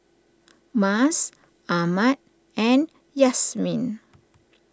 Mas Ahmad and Yasmin